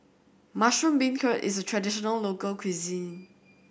mushroom beancurd is a traditional local cuisine